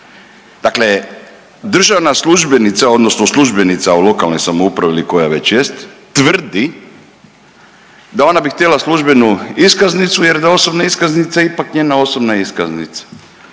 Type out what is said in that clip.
Dakle, državna službenica odnosno službenica u lokalnoj samoupravi ili koja već jest tvrdi da ona bi htjela službenu iskaznicu jer da osobna iskaznica je ipak njena osobna iskaznica.